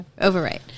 Overwrite